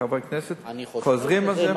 וחברי הכנסת חוזרים על זה,